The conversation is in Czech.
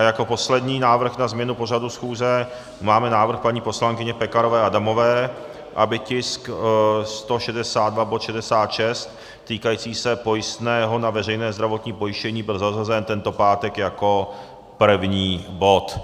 Jako poslední návrh na změnu pořadu schůze máme návrh paní poslankyně Pekarové Adamové, aby tisk 162, bod 66, týkající se pojistného na veřejné zdravotní pojištění, byl zařazen tento pátek jako první bod.